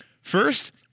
First